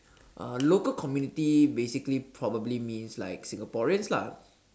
uh local community basically probably means like Singaporeans lah